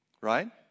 Right